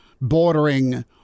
bordering